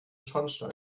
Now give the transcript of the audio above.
schornstein